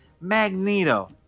Magneto